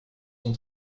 son